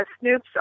Snoop's